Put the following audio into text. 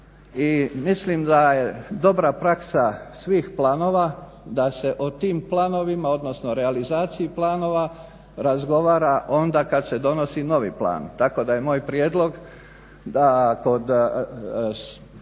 i mislim da je dobra praksa svih planova da se o tim planovima, odnosno realizaciji planova razgovara onda kad se donosi novi plan. Tako da je moj plan da kod